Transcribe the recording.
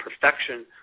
perfection